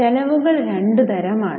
ചെലവുകൾ രണ്ടു തരം ആണ്